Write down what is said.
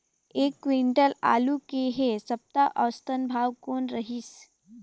एक क्विंटल आलू के ऐ सप्ता औसतन भाव कौन रहिस?